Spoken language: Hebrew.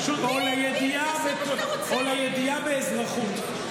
או לידיעה באזרחות.